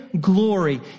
glory